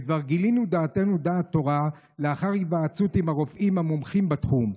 וכבר גילינו דעתנו דעת תורה לאחר היוועצות עם הרופאים והמומחים בתחום,